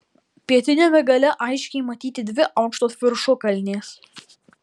pietiniame gale aiškiai matyti dvi aukštos viršukalnės